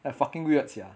I fucking weird sia